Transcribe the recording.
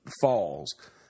falls